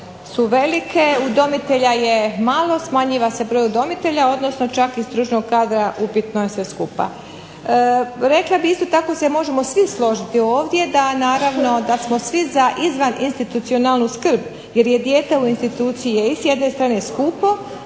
su velike, udomitelja je malo, smanjuje se broj udomitelja, odnosno čak i stručnog kadra, upitno je sve skupa. Rekla bi isto tako se možemo svi složiti ovdje da naravno da smo svi za izvaninstitucionalnu skrb jer je dijete u instituciji je i s jedne strane skupo,